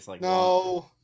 No